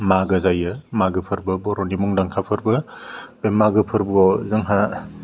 मागो जायो मागो फोरबोआ बर'नि मुंदांखा फोरबो बे मागो फरबोआव जोंहा